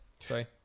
Sorry